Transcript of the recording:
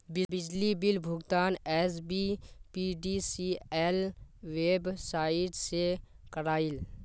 बिजली बिल भुगतान SBPDCL website से क्रॉइल